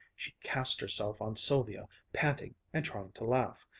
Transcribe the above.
she cast herself on sylvia, panting and trying to laugh.